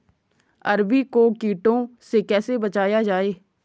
अरबी को कीटों से कैसे बचाया जाए?